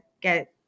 get